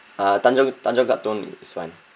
uh tanjong tanjong katong is fine